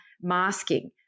masking